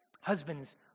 Husbands